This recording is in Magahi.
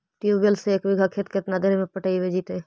ट्यूबवेल से एक बिघा खेत केतना देर में पटैबए जितै?